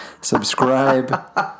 Subscribe